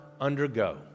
undergo